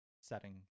setting